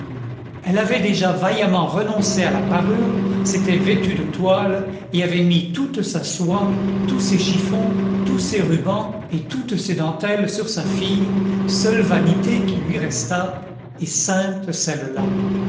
elle avait déjà vaillamment renoncé à la parure s'était vêtue de toile et avait mis toute sa soie tous ses chiffons tous ses rubans et toutes ses dentelles sur sa fille seule vanité qui lui restât et sainte celle-là